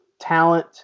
talent